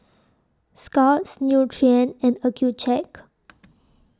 Scott's Nutren and Accucheck